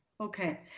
Okay